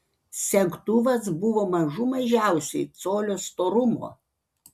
segtuvas buvo mažų mažiausiai colio storumo